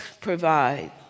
provide